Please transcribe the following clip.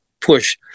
push